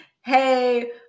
hey